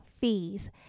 fees